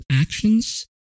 actions